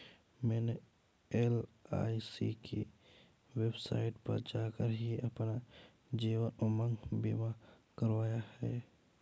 मैंने एल.आई.सी की वेबसाइट पर जाकर ही अपना जीवन उमंग बीमा करवाया है